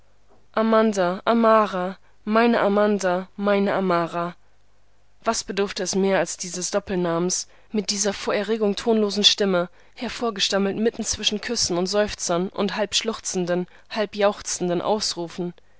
amanda amara meine amanda meine amara was bedurfte es mehr als dieses doppelnamens mit dieser vor erregung tonlosen stimme hervorgestammelt mitten zwischen küssen und seufzern und halb schluchzenden halb jauchzenden ausrufen